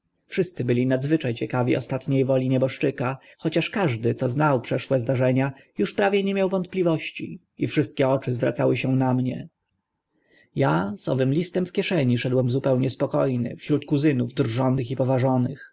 wszyscy byli nadzwycza ciekawi ostatnie woli nieboszczyka chociaż każdy co znał przeszłe zdarzenia uż prawie nie miał wątpliwości i wszystkie oczy zwracały się na mnie ja z owym listem w kieszeni szedłem zupełnie spoko ny wśród kuzynków drżących i powarzonych